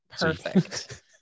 Perfect